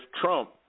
Trump